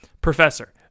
Professor